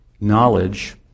Knowledge